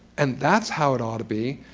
and that's how it ought to be,